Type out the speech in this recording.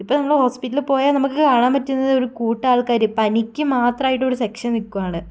ഇപ്പം നമ്മള് ഹോസ്പ്പിലിൽ പോയാൽ നമുക്ക് കാണാൻ പറ്റുന്നത് ഒരു കൂട്ടം ആൾക്കാര് പനിക്കു മാത്രമായിട്ട് ഒരു സെക്ഷൻ നിക്കുവാണ്